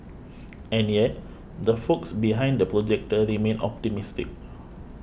and yet the folks behind The Projector remain optimistic